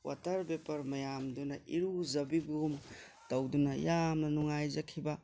water vapour ꯃꯌꯥꯝꯗꯨꯅ ꯏꯔꯨꯖꯕꯤꯕꯒꯨꯝ ꯇꯧꯗꯨꯅ ꯌꯥꯝꯅ ꯅꯨꯡꯉꯥꯏꯖꯈꯤꯕ